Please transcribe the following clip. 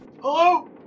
Hello